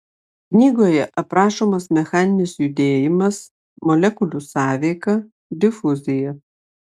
knygoje aprašomas mechaninis judėjimas molekulių sąveika difuzija